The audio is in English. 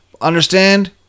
understand